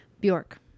Bjork